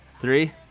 three